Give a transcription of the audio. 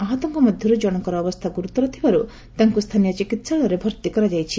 ଆହତଙ୍କ ମଧ୍ୟରୁ ଜଣଙ୍କର ଅବସ୍ଥା ଗୁରୁତର ଥିବାରୁ ତାଙ୍କୁ ସ୍ଥାନୀୟ ଚିକିହାଳୟରେ ଭର୍ତ୍ତି କରାଯାଇଛି